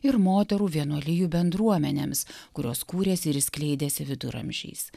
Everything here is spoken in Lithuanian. ir moterų vienuolijų bendruomenėms kurios kūrėsi ir skleidėsi viduramžiais